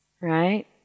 right